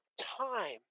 time